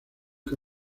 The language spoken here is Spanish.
que